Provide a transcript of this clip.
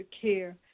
care